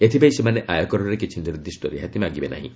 ଏଥିପାଇଁ ସେମାନେ ଆୟକରରେ କିଛି ନିର୍ଦ୍ଦିଷ୍ଟ ରିହାତି ମାଗିବେ ନାହିଁ